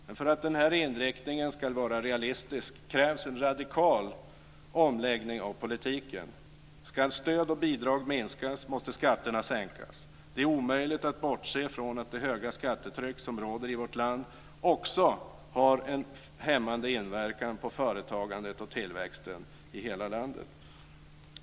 Men för att den här inriktningen ska vara realistisk krävs en radikal omläggning av politiken. Om stöd och bidrag ska minskas måste skatterna sänkas. Det är omöjligt att bortse från att det höga skattetryck som råder i vårt land också har en hämmande inverkan på företagandet och tillväxten i hela landet.